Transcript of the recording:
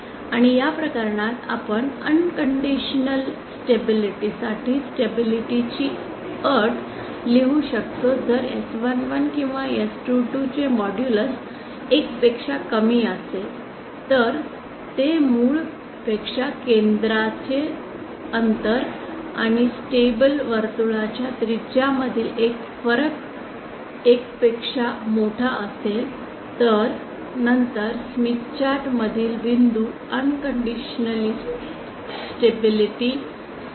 आणि या प्रकरणात आपण अनकंडिशनल स्टेबिलिटी साठी स्टेबिलिटी ची अट् लिहू शकतो जर S11 किंवा S22 चे मॉड्यूलस 1 पेक्षा कमी असेल तर ते मूळ पेक्षा केंद्राचे अंतर आणि स्टेबल वर्तुळाच्या त्रिज्यामधील फरक आहे 1 पेक्षा मोठ असेल तर नंतर स्मिथ चार्ट मधील बिंदू अनकंडिशनलि स्टेबिलिटी आहेत